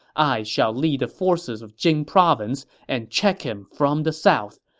i shall lead the forces of jing province and check him from the south,